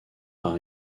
par